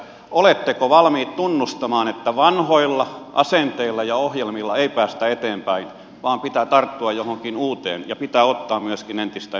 oletteko valmiit tunnustamaan että vanhoilla asenteilla ja ohjelmilla ei päästä eteenpäin vaan pitää tarttua johonkin uuteen ja pitää ottaa myöskin entistä enemmän riskiä